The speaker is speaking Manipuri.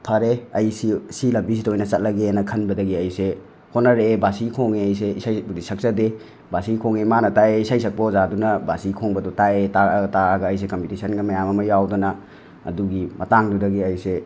ꯐꯔꯦ ꯑꯩ ꯁꯤ ꯁꯤ ꯂꯝꯕꯤꯁꯤꯗ ꯑꯣꯏꯅ ꯆꯠꯂꯒꯦꯅ ꯈꯟꯕꯗꯒꯤ ꯑꯩꯁꯦ ꯍꯣꯠꯅꯔꯛꯑꯦ ꯕꯥꯁꯤ ꯈꯣꯡꯉꯦ ꯑꯩꯁꯦ ꯏꯁꯩꯕꯨꯗꯤ ꯁꯛꯆꯗꯦ ꯕꯥꯁꯤ ꯈꯣꯡꯉꯦ ꯃꯥꯅ ꯇꯥꯛꯑꯦ ꯏꯁꯩ ꯁꯛꯄ ꯑꯣꯖꯥꯗꯨꯅ ꯕꯥꯁꯤ ꯈꯣꯡꯕꯗꯨ ꯇꯥꯛꯑꯦ ꯇꯥꯛꯑ ꯇꯥꯛꯑꯒ ꯑꯩꯁꯦ ꯀꯝꯄꯤꯇꯤꯁꯟꯒ ꯃꯌꯥꯝ ꯑꯃ ꯌꯥꯎꯗꯅ ꯑꯗꯨꯒꯤ ꯃꯇꯥꯡꯗꯨꯗꯒꯤ ꯑꯩꯁꯦ